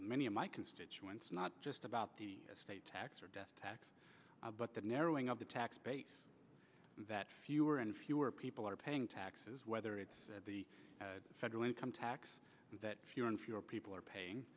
many of my constituents not just about the state tax or death tax but that narrowing of the tax base that fewer and fewer people are paying taxes whether it's at the federal income tax that fewer and fewer people are paying